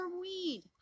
weed